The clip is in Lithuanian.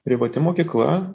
privati mokykla